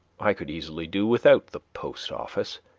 i could easily do without the post-office.